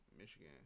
Michigan